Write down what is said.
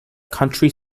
country